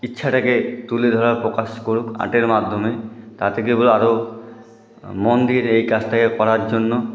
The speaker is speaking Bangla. ইচ্ছেটাকে তুলে ধরা প্রকাশ করুক আর্টের মাধ্যমে তা থেকে এগুলো আরও মন দিয়ে এই কাজটাকে করার জন্য